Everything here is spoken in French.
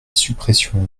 suppression